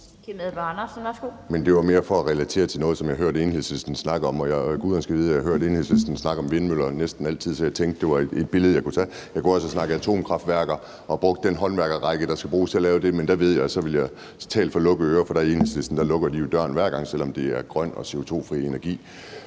Kim Edberg Andersen (NB): Men det var mere for at relatere til noget, som jeg har hørt Enhedslisten snakke om, og guderne skal vide, at jeg har hørt Enhedslisten snakke om vindmøller næsten altid, så jeg tænkte, at det var et billede, jeg kunne tage. Jeg kunne også have snakket atomkraftværker og brugt den håndværkerrække, der skal bruges til at lave det, men der ved jeg, at så ville jeg tale for lukkede ører, for der lukker Enhedslisten jo døren hver gang, selv om det er grøn og CO2-fri energi.